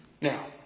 Now